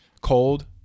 Cold